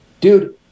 dude